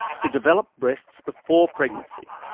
to develop breasts before pregnancy.